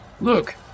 Look